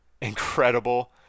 incredible